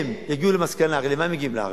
הם יגיעו למסקנה, הרי למה הם מגיעים לארץ?